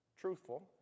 Truthful